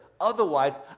Otherwise